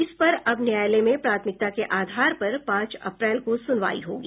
इस पर अब न्यायालय में प्राथमिकता के आधार पर पांच अप्रैल को सुनवाई होगी